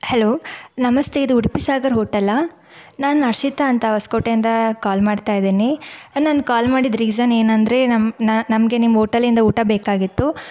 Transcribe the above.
hello ನಮಸ್ತೆ ಇದು ಉಡುಪಿ ಸಾಗರ್ ಹೋಟೆಲ್ಲಾ ನಾ ಅರ್ಷಿತಾ ಅಂತ ಹೊಸಕೋಟೆಯಿಂದ ಕಾಲ್ ಮಾಡ್ತಾಯಿದ್ದೀನಿ ನಾನು ಕಾಲ್ ಮಾಡಿದ್ದ ರೀಸನ್ ಏನೆಂದ್ರೆ ನಮ್ಮ ನಾನು ನಮಗೆ ನಿಮ್ಮ ಓಟೆಲಿಂದ ಊಟ ಬೇಕಾಗಿತ್ತು